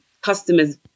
customers